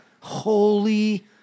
Holy